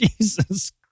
Jesus